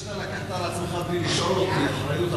ההצעה לכלול את הנושא בסדר-היום של הכנסת